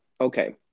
Okay